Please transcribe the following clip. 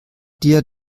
dir